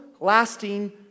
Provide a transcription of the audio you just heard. Lasting